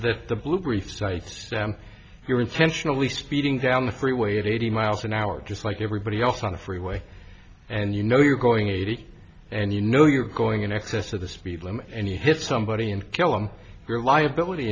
that the blue briefs here intentionally speeding down the freeway at eighty miles an hour just like everybody else on the freeway and you know you're going eighty and you know you're going in excess of the speed limit and he hit somebody and kill him your liability